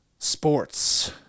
sports